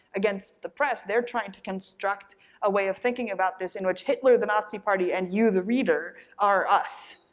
against the press, they're trying to construct a way of thinking about this in which hitler, the nazi party, and you, the reader, are us,